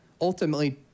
ultimately